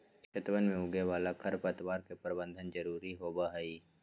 खेतवन में उगे वाला खरपतवार के प्रबंधन जरूरी होबा हई